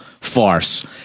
farce